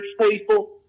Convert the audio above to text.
people